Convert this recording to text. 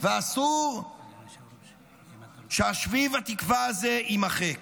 ואסור ששביב התקווה הזה יימחק.